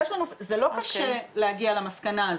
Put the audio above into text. זה לא קשה להגיע למסקנה הזאת,